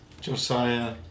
Josiah